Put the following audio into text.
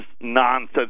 nonsense